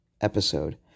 episode